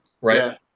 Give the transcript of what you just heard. right